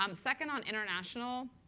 um second on international,